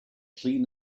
clean